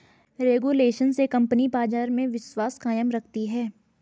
regulation से company बाजार में विश्वास कायम रखती है